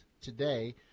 today